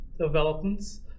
developments